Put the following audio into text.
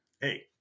hey